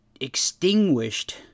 extinguished